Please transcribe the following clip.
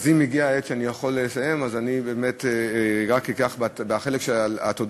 אם הגיעה העת שאני יכול לסיים אז אני באמת רק אקח את החלק של התודות,